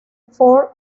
fort